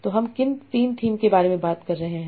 तो हम किन 3 थीम के बारे में बात कर रहे हैं